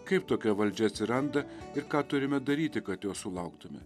kaip tokia valdžia atsiranda ir ką turime daryti kad jos sulauktume